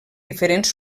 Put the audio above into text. diferents